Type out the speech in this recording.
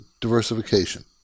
diversification